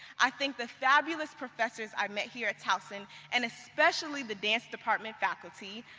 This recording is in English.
i thank the fabulous professors i met here at towson and especially the dance department faculty,